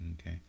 Okay